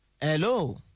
Hello